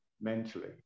mentally